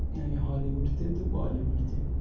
یعنی Hollywood تہِ Bollywood تہِ